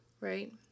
right